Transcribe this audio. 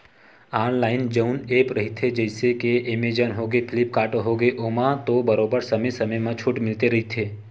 online जउन app रहिथे जइसे के एमेजॉन होगे, फ्लिपकार्ट होगे ओमा तो बरोबर समे समे म छूट मिलते रहिथे